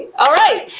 all right.